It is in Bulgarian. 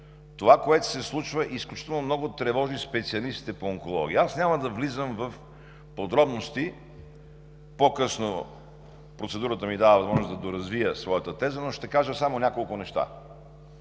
това, което се случва, изключително много тревожи специалистите по онкология. Няма да влизам в подробности. Процедурата ми дава възможност по-късно да доразвия своята теза, но ще кажа само няколко неща.